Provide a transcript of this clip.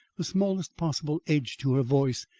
the smallest possible edge to her voice,